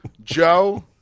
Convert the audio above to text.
Joe